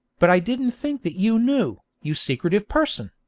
but i didn't think that you knew, you secretive person!